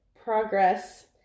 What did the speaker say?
progress